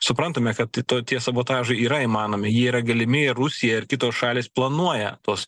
suprantame kad to tie sabotažai yra įmanomi yra galimi rusija ir kitos šalys planuoja tuos